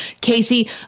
Casey